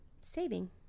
saving